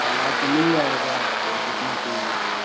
हाँ तो मिल जाएगा आपको जितना चाहिए